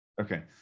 okay